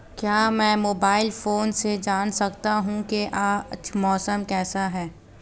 क्या मैं mobile phone से जान सकता हूँ कि आज मौसम कैसा रहेगा?